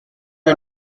que